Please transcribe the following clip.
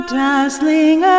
dazzling